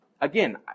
Again